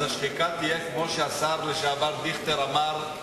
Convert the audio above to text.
אז השחיקה תהיה כמו שהשר לשעבר דיכטר אמר,